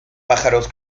pájaros